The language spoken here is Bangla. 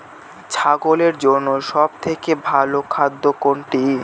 ছাগলের জন্য সব থেকে ভালো খাদ্য কোনটি?